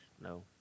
No